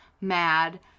mad